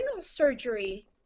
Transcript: surgery